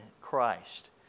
Christ